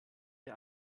der